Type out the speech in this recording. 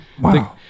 Wow